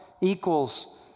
equals